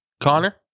Connor